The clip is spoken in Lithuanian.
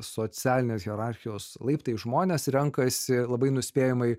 socialinės hierarchijos laiptais žmonės renkasi labai nuspėjamai